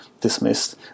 dismissed